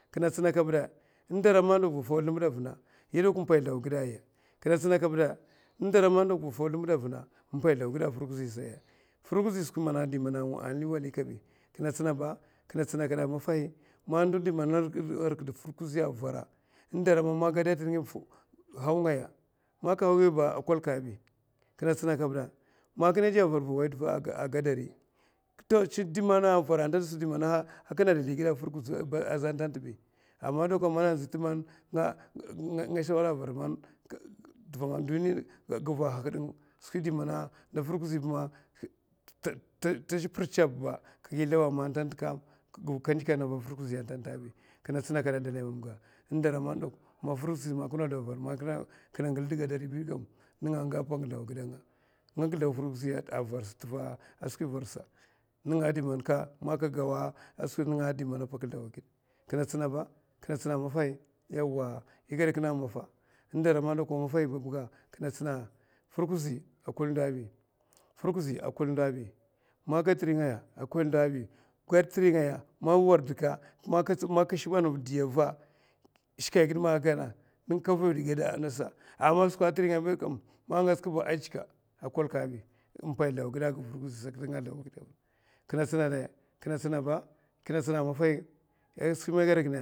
Kina tsina kabda in ndara mana vina faw slimbada a vina, kina tsina kabeda in ndara man vina faw sldimbada a vina in pai sldaw a gida firkuzi say a, fukuzi sa skwi indi m liwali kabi kina tsina kada maffahi man ndou in rikida firkuzi a vara man gada t’ringaibi naingaya man kabi a kwalka bi kina tsina kabda man kina de a vara vina wai da a gadari kin a tsina kada a dalai mamga indara man daf man firkuzi sa man king de vara man kina ngilda gada ribi dak ninga a porn sldawa gida nga, nga gi sldaw firkuzi sa a varsa tiva a skwi varsa ninga diman ka man ka gawa a skw a sim ninga a pak sldawa gid kina tsina’a maffai yawa igada kina a mam matta, maffai babga kina tsina firkuzi a kwal ndou bi, tukuzi a kwel ndou bi man gad tnngaya a kwul ndoubi gad tiringaya man wardika man ka shlban midiya ka shka gid ma nka gana aman skwa a tirin gai bi kam man ngas kaba a jikka a kwul kabi in fai sidawa gida a firkuzi kina tsina dei kina tsina ba a maffai ai skwi mai gada kina.